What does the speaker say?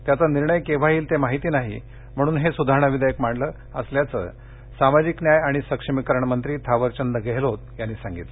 त्याचा निर्णय केव्हा येईल ते माहिती नाही म्हणून हे सुधारणा विधेयक मांडलं असल्याचं सामाजिक न्याय आणि सक्षमीकरण मंत्री थावरचंद गेहलोत यांनी सांगितलं